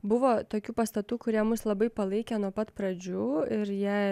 buvo tokių pastatų kurie mus labai palaikė nuo pat pradžių ir jie